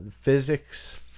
physics